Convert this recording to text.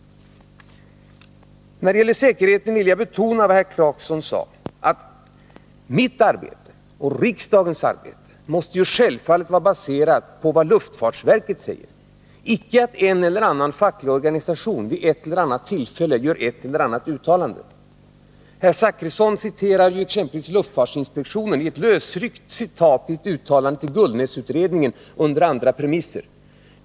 När det gäller säkerheten vill jag betona vad herr Clarkson sade. Mitt arbete och riksdagens arbete måste självfallet vara baserat på vad luftfartsverket säger, icke på att en eller annan facklig organisation vid ett eller annat tillfälle gör ett eller annat uttalande. Herr Zachrisson citerade exempelvis luftfartsinspektionen, Men det var ett lösryckt citat ur ett uttalande till Gullnäsutredningen under andra premisser.